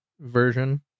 Version